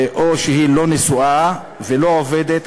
או שהיא לא נשואה ולא עובדת,